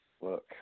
Look